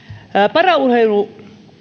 paraurheilu